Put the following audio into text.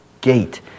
gate